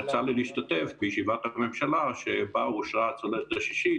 יצא לי להשתתף בישיבת הממשלה שבה אושרה הצוללת השישית.